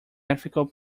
ethical